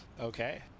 Okay